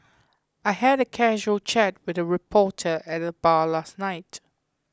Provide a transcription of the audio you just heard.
I had a casual chat with a reporter at the bar last night